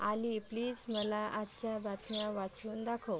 आली प्लीज मला आजच्या बातम्या वाचून दाखव